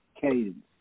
Cadence